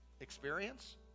experience